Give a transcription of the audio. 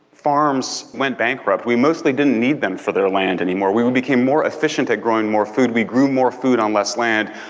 farms went bankrupt. we mostly didn't need them for their land anymore. we we became more efficient at growing more food, we grew more food on less land.